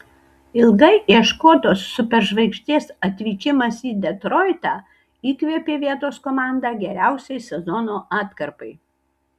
ilgai ieškotos superžvaigždės atvykimas į detroitą įkvėpė vietos komandą geriausiai sezono atkarpai